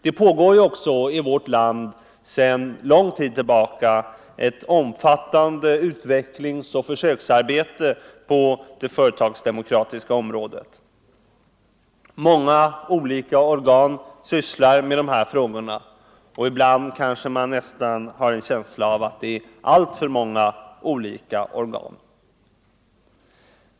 Det pågår också i vårt land sedan lång tid tillbaka ett omfattande utvecklingsoch försöksarbete på det företagsdemokratiska området. Många olika organ sysslar med de här frågorna — ibland har man nästan en känsla av att det är alltför många olika organ.